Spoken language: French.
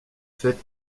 faite